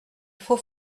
faut